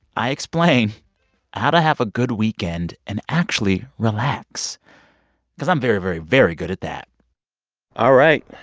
i explain how to have a good weekend and actually relax because i'm very, very, very good at that all right.